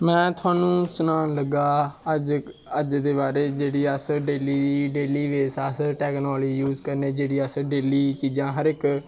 में थोआनू सनान लग्गा अज्ज दे अज्ज दे बारे च जेह्ड़ी डेली डेली बेस अस टैकनालजी यूज़ करने जेह्ड़ी अस डेली चीज़ां हर इक